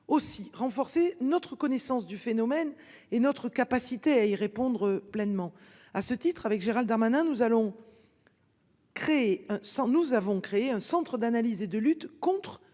aussi renforcer notre connaissance du phénomène et notre capacité à y répondre pleinement à ce titre avec Gérald Darmanin, nous allons. Créer sans nous avons créé un Centre d'analyse et de lutte contre